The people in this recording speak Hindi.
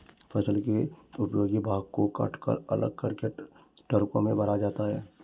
फसल के उपयोगी भाग को कटकर अलग करके ट्रकों में भरा जाता है